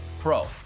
pro